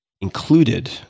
included